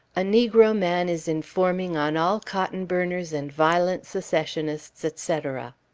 a negro man is informing on all cotton burners and violent secessionists, etc.